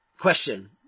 question